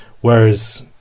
whereas